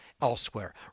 elsewhere